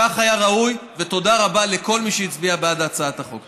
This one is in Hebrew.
כך היה ראוי, ותודה לכל מי שהצביע בעד הצעת החוק.